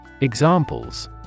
Examples